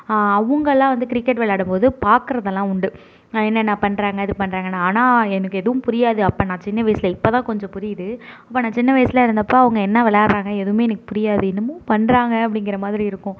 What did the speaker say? அவங்கள்லாம் வந்து கிரிக்கெட் விளாடும்போது பார்க்குறதலாம் உண்டு என்னென்ன பண்றாங்க எது பண்றாங்கன்னு ஆனால் எனக்கு எதுவும் புரியாது அப்போ நான் சின்ன வயசில் இப்போதான் கொஞ்சம் புரியுது அப்போ நான் சின்ன வயசில் இருந்தப்போ அவங்க என்ன விளாட்றாங்க எதுவுமே எனக்கு புரியாது என்னமோ பண்றாங்க அப்படிங்கிற மாதிரி இருக்கும்